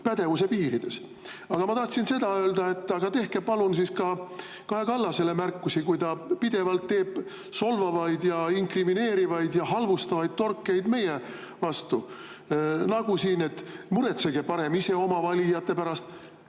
pädevuse piirides. Aga ma tahtsin seda öelda, et tehke palun siis ka Kaja Kallasele märkusi, kui ta pidevalt teeb solvavaid ja inkrimineerivaid ja halvustavaid torkeid meie pihta. Nagu see, et muretsege parem oma valijate pärast.